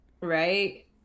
Right